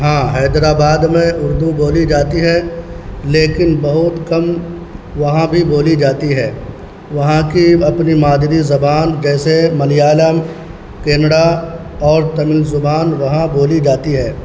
ہاں حیدرآباد میں اردو بولی جاتی ہے لیکن بہت کم وہاں بھی بولی جاتی ہے وہاں کی اپنی مادری زبان ویسے ملیالم کننڈا اور تمل زبان وہاں بولی جاتی ہے